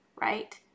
Right